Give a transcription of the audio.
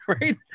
right